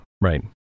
Right